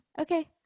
Okay